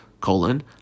colon